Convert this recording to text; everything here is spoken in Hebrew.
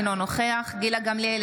אינו נוכח גילה גמליאל,